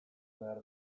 behar